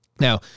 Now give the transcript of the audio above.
Now